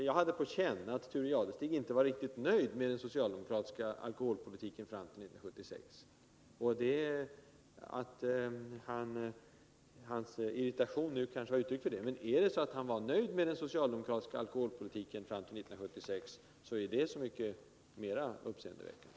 Jag hade på känn att Thure Jadestig inte var riktigt tillfreds med den socialdemokratiska alkoholpolitiken fram till 1976. Hans irritation nu kanske är ett uttryck för detta. Men är han nöjd med den socialdemokratiska alkoholpolitiken fram till 1976, är det så mycket mer uppseendeväckande.